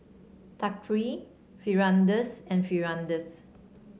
Thaqif Firdaus and Firdaus